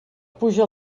puja